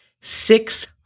six